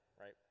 right